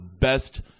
best